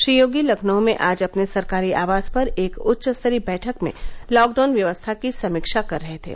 श्री योगी लखनऊ में आज अपने सरकारी आवास पर एक उच्च स्तरीय बैठक में लॉकडाउन व्यवस्था की समीक्षा कर रहे थे